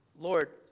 Lord